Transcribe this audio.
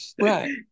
Right